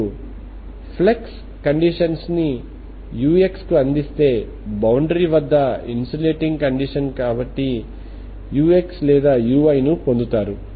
మీరు flux conditions ux అందిస్తే boundary వద్ద ఇన్సులేటింగ్ కండిషన్ ను బట్టి ux లేదా uy ను పొందుతారు